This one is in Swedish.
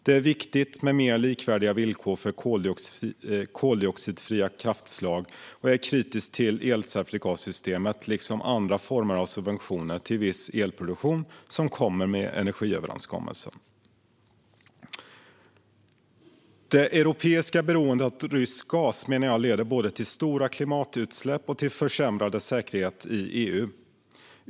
Det är viktigt med mer likvärdiga villkor för koldioxidfria kraftslag, och jag är kritisk till elcertifikatssystemet liksom till de andra former av subventioner till viss elproduktion som kommer med energiöverenskommelsen. Det europeiska beroendet av rysk gas menar jag leder både till stora klimatutsläpp och till försämrad säkerhet i EU.